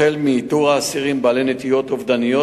החל מאיתור האסירים בעלי נטיות אובדניות